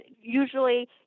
usually